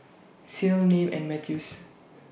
Ceil Nim and Mathews